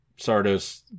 Sardos